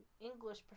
English